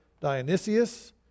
Dionysius